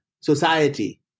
society